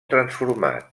transformat